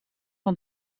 fan